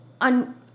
on